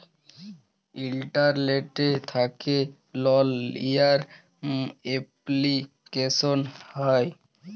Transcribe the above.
ইলটারলেট্ থ্যাকে লল লিয়ার এপলিকেশল হ্যয়